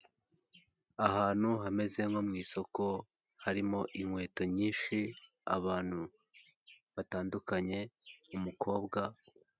Ahantu hameze nko mu isoko: harimo inkweto nyinshi, abantu batandukanye, umukobwa...